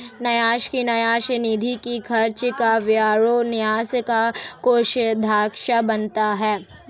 न्यास की न्यास निधि के खर्च का ब्यौरा न्यास का कोषाध्यक्ष बनाता है